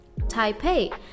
Taipei